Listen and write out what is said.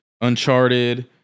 Uncharted